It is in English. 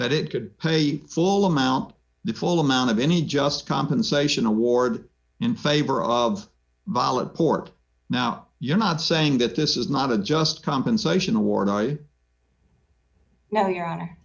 that it could pay full amount the full amount of any just compensation award in favor of bala port now you're not saying that this is not a just compensation war and i know y